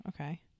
Okay